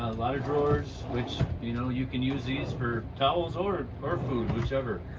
lot of drawers, which, you know, you can use these for towels or or food, whichever.